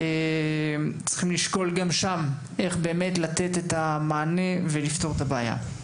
צריך לשקול גם שם איך לתת את המענה ולפתור את הבעיה.